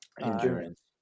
Endurance